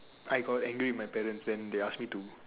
I got angry with my parents then they ask me to